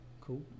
cool